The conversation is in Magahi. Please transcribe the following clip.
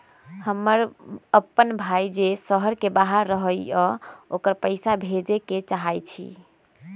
हमर अपन भाई जे शहर के बाहर रहई अ ओकरा पइसा भेजे के चाहई छी